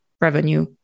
revenue